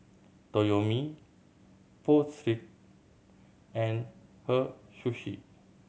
Toyomi Pho Street and Hei Sushi